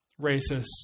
racists